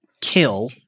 kill